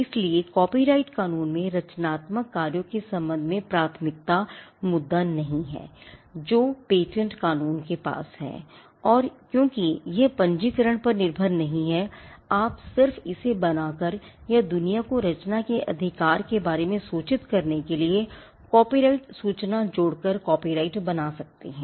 इसलिए कॉपीराइट कानून में रचनात्मक कार्यों के संबंध में प्राथमिकता का मुद्दा नहीं है जो पेटेंट कानून के पास है और क्योंकि यह पंजीकरण पर निर्भर नहीं है आप सिर्फ इसे बनाकर या दुनिया को रचना के अधिकार के बारे में सूचित करने के लिए कॉपीराइट सूचना जोड़कर कॉपीराइट बना सकते हैं